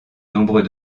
nombreux